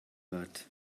lot